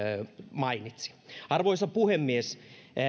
mainitsi arvoisa puhemies